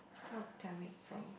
talked from